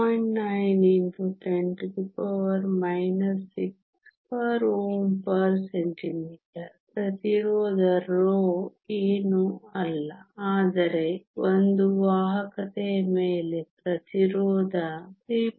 9 x 10 6 Ω 1 cm 1 ಪ್ರತಿರೋಧ ρ ಏನೂ ಅಲ್ಲ ಆದರೆ 1 ವಾಹಕತೆಯ ಮೇಲೆ ಪ್ರತಿರೋಧ 3